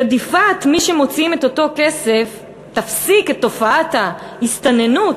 שרדיפת מי שמוציאים את אותו כסף תפסיק את תופעת ההסתננות,